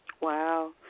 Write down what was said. Wow